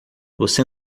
você